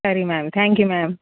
ಸರಿ ma'am thank you ma'am